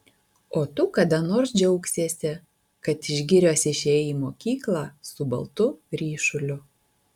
o tu kada nors džiaugsiesi kad iš girios išėjai į mokyklą su baltu ryšuliu